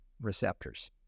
receptors